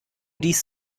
dies